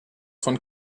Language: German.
von